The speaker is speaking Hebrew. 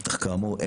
אבל כאמור,